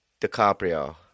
DiCaprio